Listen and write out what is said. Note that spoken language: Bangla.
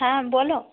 হ্যাঁ বলো